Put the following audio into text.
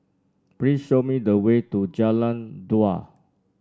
please show me the way to Jalan Dua